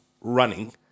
running